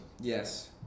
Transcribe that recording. yes